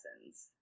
lessons